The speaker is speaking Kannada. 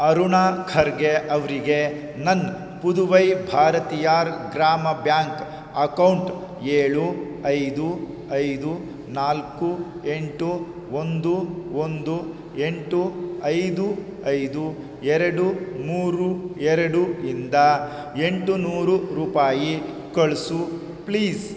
ಅರುಣಾ ಖರ್ಗೆ ಅವರಿಗೆ ನನ್ನ ಪುದುವೈ ಭಾರತಿಯರ ಗ್ರಾಮ ಬ್ಯಾಂಕ್ ಅಕೌಂಟ್ ಏಳು ಐದು ಐದು ನಾಲ್ಕು ಎಂಟು ಒಂದು ಒಂದು ಎಂಟು ಐದು ಐದು ಎರಡು ಮೂರು ಎರಡು ಇಂದ ಎಂಟುನೂರು ರೂಪಾಯಿ ಕಳ್ಸು ಪ್ಲೀಸ್